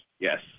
Yes